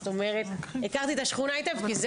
זאת אומרת הכרתי את השכונה היטב כי זה